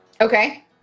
Okay